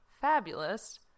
fabulous